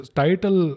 title